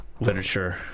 literature